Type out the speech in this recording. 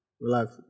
Relax